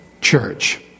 church